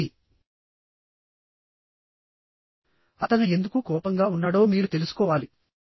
వంటిది అతను ఎందుకు కోపంగా ఉన్నాడో మీరు తెలుసుకోవాలి